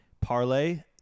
Parlay